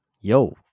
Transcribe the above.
yo